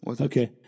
Okay